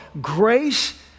grace